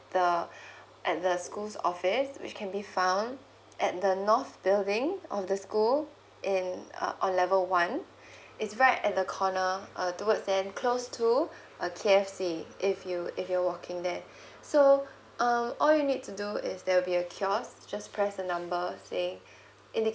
the at the school office which can be found at the north building of the school in uh on level one is right at the corner uh towards and close to a K_F_C if you if you're walking there so uh all you need to do is there will be a kiosk just press the number saying